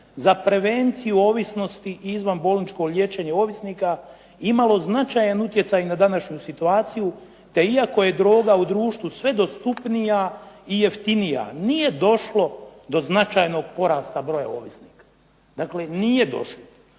za prevenciju ovisnosti i izvanbolničko liječenje ovisnika imalo značajan utjecaj na današnju situaciju te iako je droga u društvu sve dostupnija i jeftinija nije došlo do značajnog porasta broja ovisnika. Dakle, nije došlo.